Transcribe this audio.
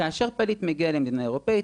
כאשר פליט מגיע למדינה אירופאית,